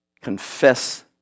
confess